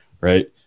right